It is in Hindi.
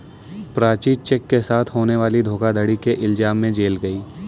प्राची चेक के साथ होने वाली धोखाधड़ी के इल्जाम में जेल गई